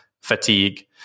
fatigue